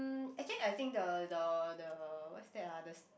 mm actually I think the the the what's that ah the